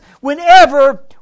whenever